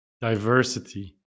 diversity